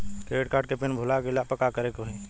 Credit card के pin भूल गईला पर का करे के होई?